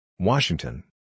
Washington